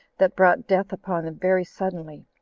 that brought death upon them very suddenly